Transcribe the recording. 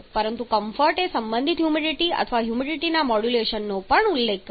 પરંતુ કમ્ફર્ટ એ સંબંધિત હ્યુમિડિટી અથવા હ્યુમિડિટીના મોડ્યુલેશનનો પણ ઉલ્લેખ કરે છે